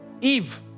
Eve